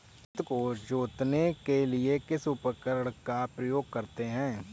खेत को जोतने के लिए किस उपकरण का उपयोग करते हैं?